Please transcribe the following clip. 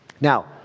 Now